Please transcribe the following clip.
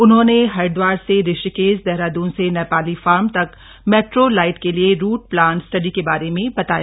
उन्होंने हरिदवार से ऋषिकेश देहरादून से नेपाली फार्म तक मेट्रो लाइट के लिए रूट प्लान स्टडी के बारे में बताया